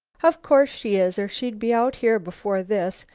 of course she is, or she'd be out here before this.